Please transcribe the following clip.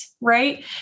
Right